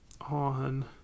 on